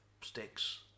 sticks